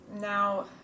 Now